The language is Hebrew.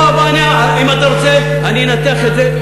אם אתה רוצה אני אנתח את זה אתך,